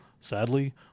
Sadly